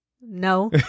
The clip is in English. No